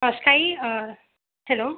ஆ sky ஆ hello